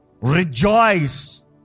Rejoice